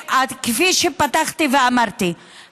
כפי שפתחתי ואמרתי,